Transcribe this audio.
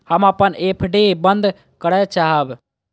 हम अपन एफ.डी बंद करय चाहब